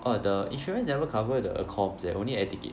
orh the insurance never cover the accoms eh only air ticket